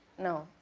no.